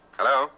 Hello